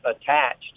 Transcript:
attached